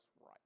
right